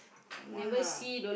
come on lah